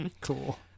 Cool